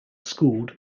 schooled